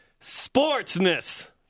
Sportsness